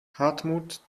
hartmut